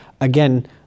again